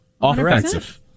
Offensive